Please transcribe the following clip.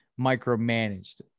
micromanaged